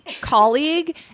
colleague